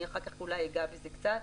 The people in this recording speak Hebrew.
אחר כך אולי אגע בזה קצת.